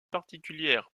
particulière